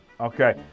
Okay